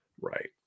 right